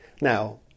Now